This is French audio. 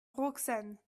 roxane